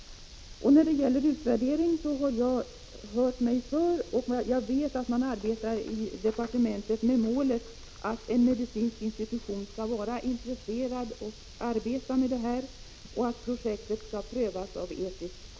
När det gäller utvärderingen har jag hört mig för, och jag vet att man — Prot. 1985/86:55 arbetar i departementet med målet att en medicinsk institution skall vara — 18 december 1985 intresserad och arbeta med det här och att projektet skall prövas av en etisk